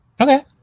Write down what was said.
Okay